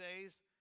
days